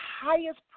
highest